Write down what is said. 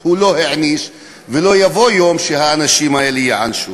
הוא לא נענש, ולא יבוא יום שהאנשים האלה ייענשו.